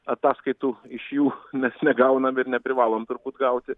ataskaitų iš jų mes negaunam ir neprivalom turbūt gauti